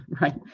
right